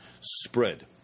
spread